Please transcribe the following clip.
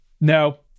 No